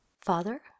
Father